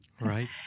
Right